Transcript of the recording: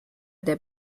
der